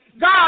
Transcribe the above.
God